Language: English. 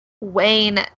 wayne